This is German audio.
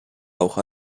auch